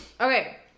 Okay